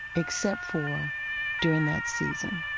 except for during that season.